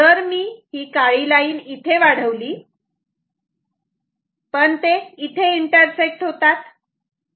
जर मी काळी लाईन इथे वाढवली पण ते इथे इंटरसेक्ट होतात